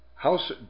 House